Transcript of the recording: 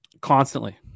Constantly